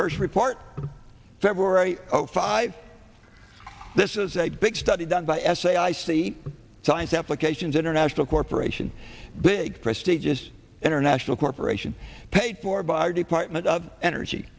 h report february oh five this is a big study done by s a i c science applications international corporation big prestigious international corporation paid for by our department of